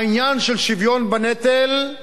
העניין של שוויון בנטל,